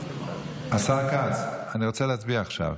השר כץ, אני רוצה להצביע עכשיו